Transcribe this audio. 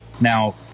Now